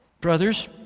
Brothers